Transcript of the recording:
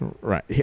right